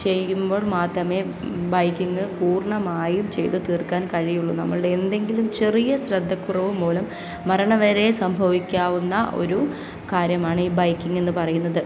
ചെയ്യുമ്പോൾ മാത്രമേ ബൈക്കിംഗ് പൂർണ്ണമായും ചെയ്ത് തീർക്കാൻ കഴിയുകയുള്ളു നമ്മളുടെ എന്തെങ്കിലും ചെറിയ ശ്രദ്ധക്കുറവു മൂലം മരണം വരെ സംഭവിക്കാവുന്ന ഒരു കാര്യമാണ് ഈ ബൈക്കിംഗ് എന്ന് പറയുന്നത്